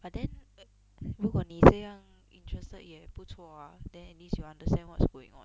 but then 如果你这样 interested 也不错啊 then at least you understand what's going on